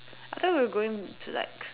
I thought we are going to like